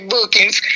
Bookings